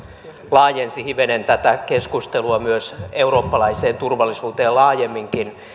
laajensi hivenen tätä keskustelua myös eurooppalaiseen turvallisuuteen laajemminkin